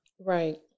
Right